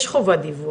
יש חובת דיווח,